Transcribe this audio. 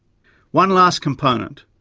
one last component